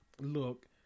Look